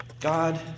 God